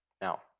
Now